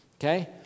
Okay